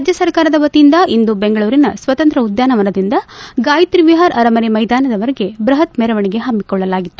ರಾಜ್ಯ ಸರಕಾರದ ವತಿಯಿಂದ ಇಂದು ಬೆಂಗಳೂರಿನ ಸ್ವಾತಂತ್ರ್ಯ ಉದ್ಯಾನವನದಿಂದ ಗಾಯಕ್ರಿ ವಿಷಾರ ಅರಮನೆ ಮೈದಾನದವರೆಗೆ ಬೃಹತ್ ಮೆರವಣಿಗೆ ಹಮ್ಮಿಕೊಳ್ಳಲಾಗಿತ್ತು